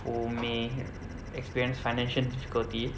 who may experience financial difficulty